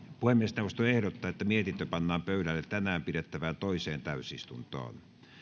puhemiesneuvosto ehdottaa että mietintö pannaan pöydälle tänään pidettävään toiseen täysistuntoon